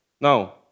Now